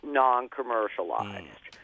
non-commercialized